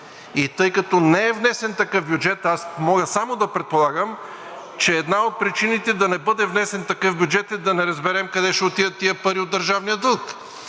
г. Тъй като не е внесен такъв бюджет, аз мога само да предполагам, че една от причините да не бъде внесен такъв бюджет е да не разберем къде ще отидат тези пари от държавния дълг,